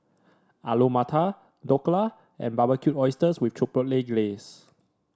Alu Matar Dhokla and Barbecued Oysters with Chipotle Glaze